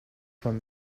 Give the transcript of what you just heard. from